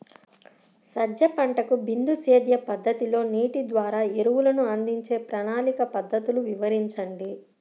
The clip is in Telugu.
సజ్జ పంటకు బిందు సేద్య పద్ధతిలో నీటి ద్వారా ఎరువులను అందించే ప్రణాళిక పద్ధతులు వివరించండి?